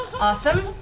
Awesome